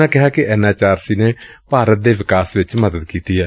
ਉਨ੍ਹਾਂ ਕਿਹਾ ਕਿ ਐਨ ਐਚ ਆਰ ਸੀ ਨੇ ਭਾਰਤ ਦੇ ਵਿਕਾਸ ਵਿਚ ਮਦਦ ਕੀਤੀ ਏ